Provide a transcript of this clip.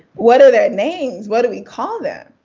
what are their names, what do we call them?